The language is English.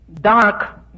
dark